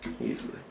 Easily